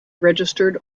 registered